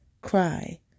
cry